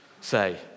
say